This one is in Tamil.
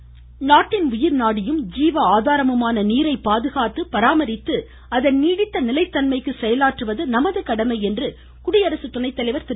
விருது வெங்கையா நாயுடு நாட்டின் உயிர் நாடியும் ஜீவ ஆதாரமுமான நீரை பாதுகாத்து பராமரித்து அதன் நீடித்த நிலைத்தன்மைக்கு செயலாற்றுவது நமது கடமை என்று குடியரசுத் துணைத்தலைவர் திரு